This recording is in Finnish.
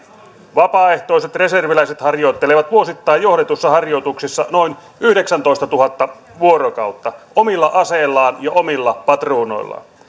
vapaaehtoiset reserviläiset harjoittelevat vuosittain johdetuissa harjoituksissa noin yhdeksäntoistatuhatta vuorokautta omilla aseillaan ja omilla patruunoillaan